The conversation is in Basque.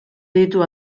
ditu